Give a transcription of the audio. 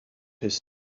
his